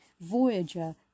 Voyager